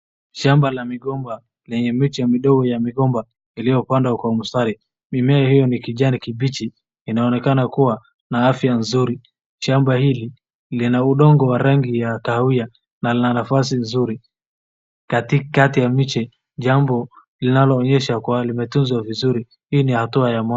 Shamba la migomba lenye miti ya midogo ya migomba iliyopandwa kwa umstari. Mimea hiyo ni kijani kibichi inaonekana kuwa na afya nzuri. Shamba hili lina udongo wa rangi ya kahawia na lina nafasi nzuri kati ya miche, jambo linaloonyesha kuwa limetunzwa vizuri. Hii ni hatua ya.